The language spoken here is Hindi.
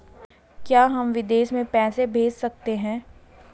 क्या हम विदेश में पैसे भेज सकते हैं?